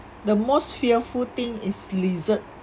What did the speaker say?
the most fearful thing is lizard